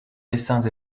dessins